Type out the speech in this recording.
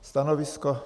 Stanovisko?